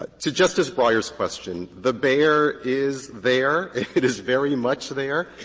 but to justice breyer's question, the bear is there. it is very much there.